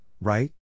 right